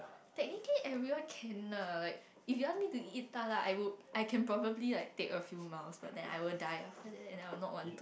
technically everyone can lah like if you ask me to eat I would I can probably like take a few mouths but then I will die after that and I will not want